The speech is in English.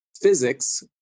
physics